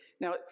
Now